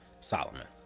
Solomon